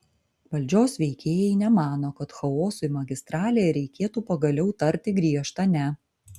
valdžios veikėjai nemano kad chaosui magistralėje reikėtų pagaliau tarti griežtą ne